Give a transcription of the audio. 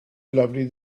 lovely